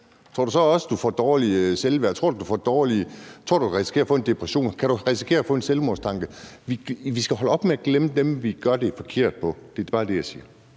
Tror du så også, at man får dårligt selvværd? Tror du, at man kan risikere at få en depression? Kan man risikere at få selvmordstanker? Vi skal holde op med at glemme dem, vi gør det forkert på. Det er bare det, jeg siger.